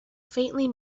faintly